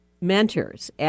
mentors